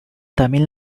tamil